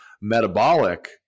metabolic